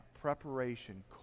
preparation